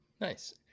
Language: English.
Nice